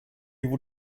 would